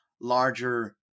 larger